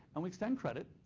and we extend credit,